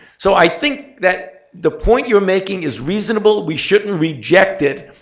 so i think that the point you're making is reasonable. we shouldn't reject it.